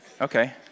okay